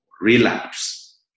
relapse